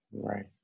Right